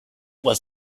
was